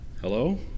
Hello